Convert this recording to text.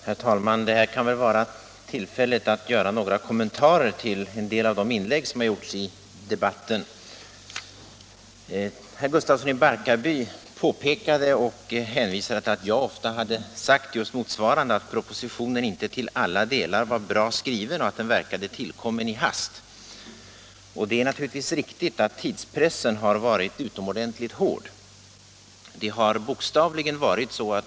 Herr talman! Jag väljer det här tillfället att göra några kommentarer till en del av de inlägg som har gjorts i debatten. Herr Gustafsson i Barkarby sade att propositionen verkade tillkommen i hast och att propositionen inte till alla delar var bra skriven. Det är naturligtvis riktigt att tidspressen har varit utomordentligt hård.